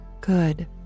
good